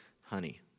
honey